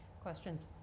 questions